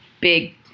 big